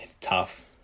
Tough